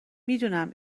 میدونم